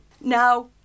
Now